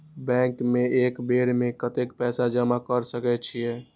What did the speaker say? Bank में एक बेर में कतेक पैसा जमा कर सके छीये?